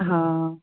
ਹਾਂ